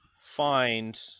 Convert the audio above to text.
find